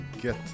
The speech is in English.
get